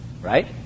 right